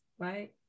Right